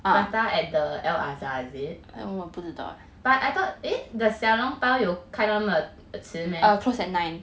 prata at the Al-Azhar is it but I thought eh the 小笼包有开那么迟 meh